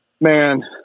man